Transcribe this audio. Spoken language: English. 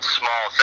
small